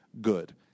good